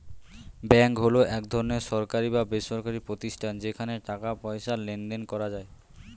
bank হলো এক ধরনের সরকারি বা বেসরকারি প্রতিষ্ঠান যেখানে টাকা পয়সার লেনদেন করা যায়